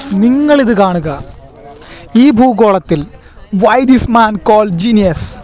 നിങ്ങളിത് കാണുക ഈ ഭൂഗോളത്തിൽ why this man call genius